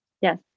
yes